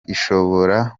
ishobora